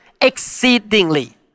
exceedingly